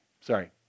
sorry